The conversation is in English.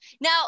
Now